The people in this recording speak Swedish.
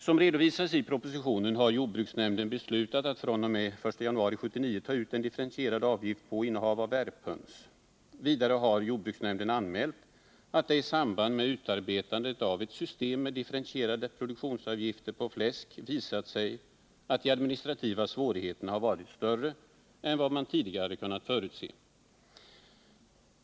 Som redovisas i propositionen har jordbruksnämnden beslutat att fr.o.m. den 1 januari 1979 ta ut en differentierad avgift på innehav av värphöns. Vidare har jordbruksnämnden anmält att det i samband med utarbetandet av ett system med differentierade produktionsavgifter på fläsk visat sig att de administrativa svårigheterna har varit större än vad man tidigare hade kunnat förutse.